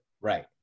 Right